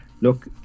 Look